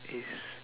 is